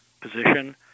position